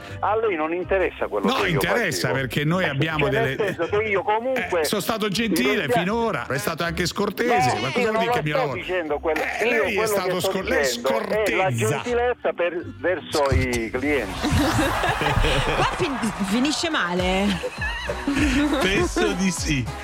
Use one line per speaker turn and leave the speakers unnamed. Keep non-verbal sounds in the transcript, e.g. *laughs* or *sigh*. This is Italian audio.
A lei non interessa quello
No,
che io
interessa
faccio.
perché noi
*laughs* Eh,
abbiamo
perché nel
delle-
senso che io
Eh,
comunque-
sono stato
Mi
gentile
dispiace-
finora, è stato anche
No,
scortese, ma
io
cosa
non
vuol dire che mi-
sto dicendo quello-
Eh,
io
lei è
quello che
stato
sto
scor- lei è
dicendo è la
scortezza.
gentilezza per- verso i
Scortezza.
clienti.
*laughs*
*laughs*
Qua fin- finisce male, eh.
*laughs*
*laughs* Penso di sì.